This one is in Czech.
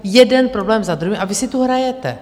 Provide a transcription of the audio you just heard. Jeden problém za druhým, a vy si tu hrajete.